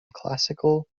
classical